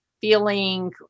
feeling